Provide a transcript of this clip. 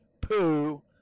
poo